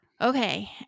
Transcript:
Okay